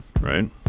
right